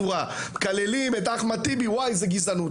מקללים את אחמד טיבי, זה גזענות.